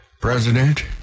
president